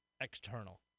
external